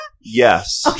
yes